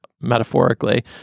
metaphorically